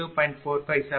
457 kVAphase